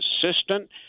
consistent